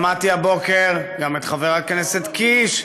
שמעתי הבוקר גם את חבר הכנסת קיש,